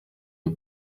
iyo